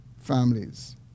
families